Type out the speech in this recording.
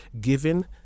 given